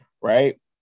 right